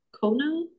Kona